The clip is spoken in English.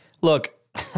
look